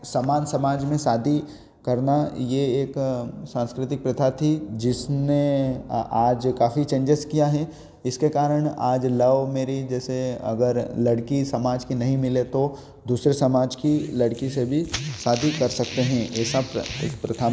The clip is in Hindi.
समान समाज में शादी करना ये एक सांस्कृतिक प्रथा थी जिसने आ आज काफ़ी चेंजेस किया हैं इसके कारण आज लव मेरिज जैसे अगर लड़की समाज की नहीं मिले तो दूसरे समाज की लड़की से भी शादी कर सकते हैं ऐसा प्र इस प्रथा में